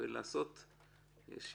כדי לעשות שוויון,